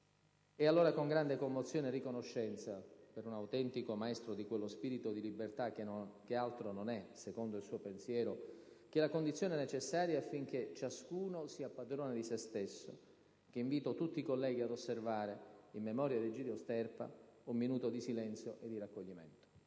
È allora con grande commozione e riconoscenza per un autentico maestro di quello spirito di libertà che altro non è, secondo il suo pensiero, che la condizione necessaria affinché «ciascuno sia padrone di se stesso», che invito tutti i colleghi ad osservare, in memoria di Egidio Sterpa, un minuto di silenzio e di raccoglimento.